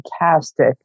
fantastic